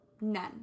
none